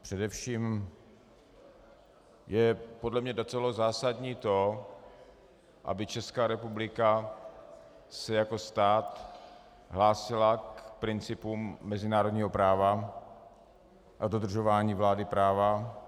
Především je podle mě docela zásadní to, aby Česká republika se jako stát hlásila k principům mezinárodního práva a dodržování vlády práva.